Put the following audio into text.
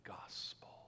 gospel